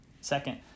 Second